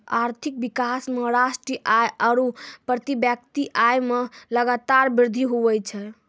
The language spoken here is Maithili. आर्थिक विकास मे राष्ट्रीय आय आरू प्रति व्यक्ति आय मे लगातार वृद्धि हुवै छै